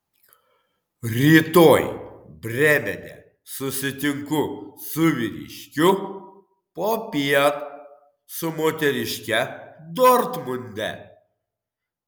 rytoj brėmene susitinku su vyriškiu popiet su moteriške dortmunde